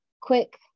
quick